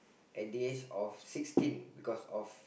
at the age of sixteen cause of